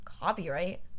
copyright